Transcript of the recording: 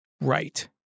Right